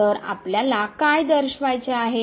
तर आपल्याला काय दर्शवायचे आहे